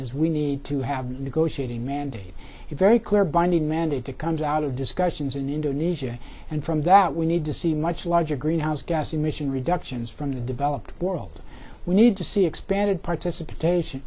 is we need to have negotiating mandate a very clear binding mandate it comes out of discussions in indonesia and from that we need to see much larger greenhouse gas emission reductions from the developed world we need to see expanded participation